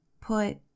put